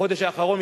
בחודש האחרון,